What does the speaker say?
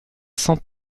cent